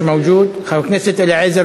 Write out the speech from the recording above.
חבר הכנסת אריאל אטיאס,